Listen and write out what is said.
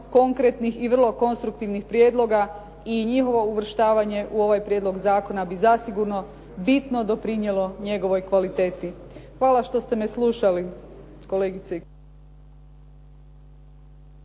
konkretnih i vrlo konstruktivnih prijedloga i njihovo uvrštavanje u ovaj prijedlog zakona bi zasigurno bitno doprinijelo njegovoj kvaliteti. Hvala što ste me slušali.